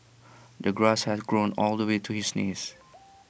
the grass had grown all the way to his knees